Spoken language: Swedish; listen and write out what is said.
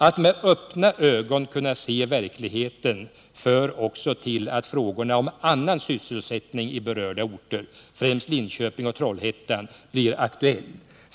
Att med öppna ögon kunna se verkligheten gör också att frågorna om annan sysselsättning i berörda orter — främst Linköping och Trollhättan — blir aktuella.